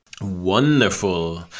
Wonderful